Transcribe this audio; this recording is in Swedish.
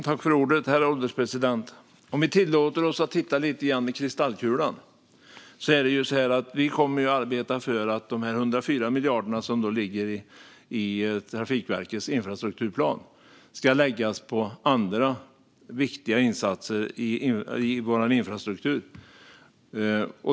Herr ålderspresident! Vi kan tillåta oss att titta lite grann i kristallkulan. Vi kommer att arbeta för att de 104 miljarder som ligger i Trafikverkets infrastrukturplan ska läggas på andra viktiga insatser i vår infrastruktur.